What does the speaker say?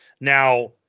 Now